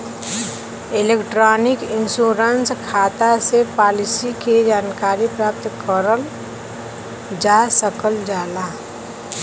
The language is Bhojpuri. इलेक्ट्रॉनिक इन्शुरन्स खाता से पालिसी के जानकारी प्राप्त करल जा सकल जाला